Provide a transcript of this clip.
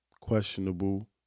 questionable